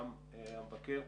גם המבקר.